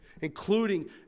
including